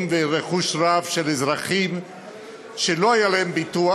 ורכוש רב של אזרחים שלא היה להם ביטוח,